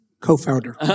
Co-founder